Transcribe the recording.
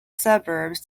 suburbs